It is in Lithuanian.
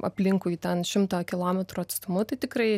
aplinkui ten šimtą kilometrų atstumu tai tikrai